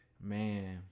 Man